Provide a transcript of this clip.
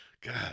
God